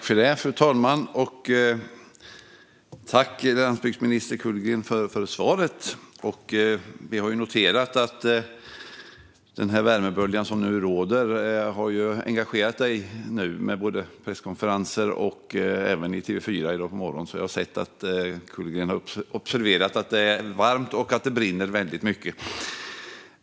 Fru talman! Tack, landsbygdsminister Kullgren, för svaret! Vi har noterat att den värmebölja som nu råder har engagerat dig i presskonferenser och även i TV4 i dag på morgonen. Jag har alltså sett att Kullgren har observerat att det är varmt och att det brinner väldigt mycket.